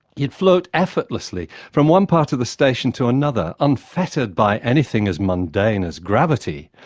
you'd float effortlessly from one part of the station to another, unfettered by anything as mundane as gravity.